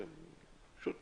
במקום,